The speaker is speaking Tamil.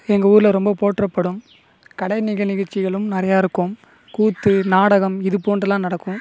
எங்கள் ஊரில் ரொம்ப போற்றப்படும் கலைநிகழ்வு நிகழ்ச்சிகளும் நிறையாருக்கும் கூத்து நாடகம் இது போன்றுலாம் நடக்கும்